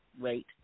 rate